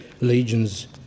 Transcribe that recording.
legions